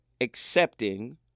Accepting